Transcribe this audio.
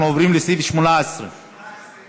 אנחנו עוברים לסעיף 18. 18,